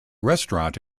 restaurant